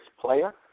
player